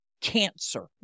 cancer